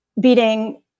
beating